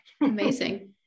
Amazing